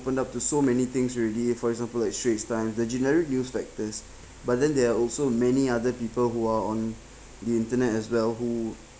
opened up to so many things already for example like straits times the generic news factors but then there are also many other people who are on the internet as well who